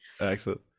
Excellent